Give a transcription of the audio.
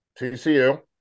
TCU